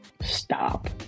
stop